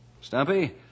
Stumpy